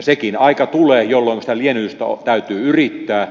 sekin aika tulee jolloin sitä liennytystä täytyy yrittää